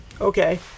Okay